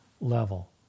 level